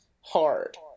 Hard